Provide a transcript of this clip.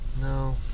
no